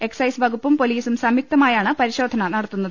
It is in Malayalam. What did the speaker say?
എക്സൈസ് വകുപ്പും പൊലീസും സംയുക്ത മായാണ് പരിശോ ധന നടത്തുന്നത്